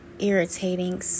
irritating